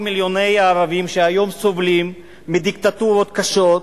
מיליוני הערבים שהיום סובלים מדיקטטורות קשות.